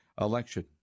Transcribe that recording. election